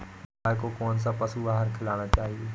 गाय को कौन सा पशु आहार खिलाना चाहिए?